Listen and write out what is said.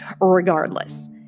regardless